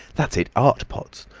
that's it! art pots.